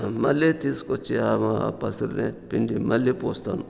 మళ్లీ తీసుకొచ్చి ఆ ఆ పసరుని పిండి మళ్లీ పూస్తాను